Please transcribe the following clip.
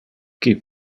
qui